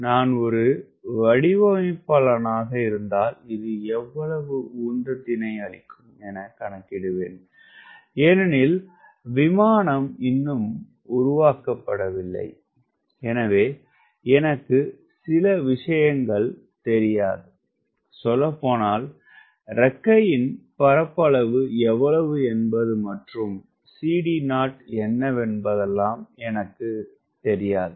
நான் ஒரு வடிவமைப்பாளனாக இருந்தால் இது எவ்வளவு உந்தத்தினை அளிக்கும் என கணக்கிடுவேன் ஏனெனில் விமானம் இன்னும் உருவாக்கப்படவில்லை எனவே எனக்கு சில விஷயங்கள் தெரியாது சொல்லப்போனால் இறக்கையின் பரப்பளவு எவ்வளவு என்பது மற்றும் CD0 என்னவென்பதெல்லாம் என எனக்கு தெரியாது